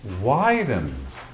widens